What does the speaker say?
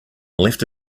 left